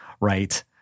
right